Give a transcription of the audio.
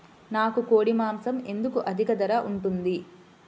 నాకు కోడి మాసం ఎందుకు అధిక ధర ఉంటుంది?